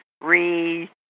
re